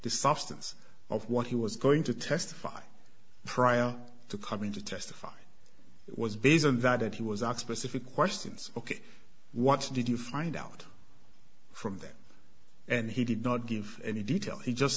the substance of what he was going to testify prior to coming to testify it was based on that he was out specific questions ok what did you find out from there and he did not give any details he just